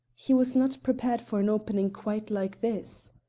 he was not prepared for an opening quite like this.